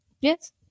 Yes